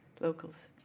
locals